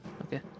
Okay